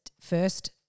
first